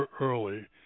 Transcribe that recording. early